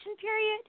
period